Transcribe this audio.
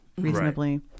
reasonably